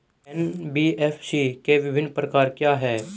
NBFC के विभिन्न प्रकार क्या हैं?